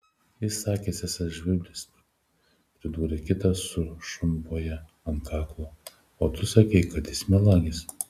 jis sakė esąs žvirblis pridūrė kitas su šunvote ant kaklo o tu sakei kad jis melagis